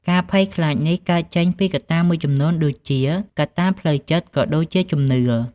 ការភ័យខ្លាចនេះកើតចេញពីកត្តាមួយចំនួនដូចជាកត្តាផ្លូវចិត្ត ក៏ដូចជាជំនឿ។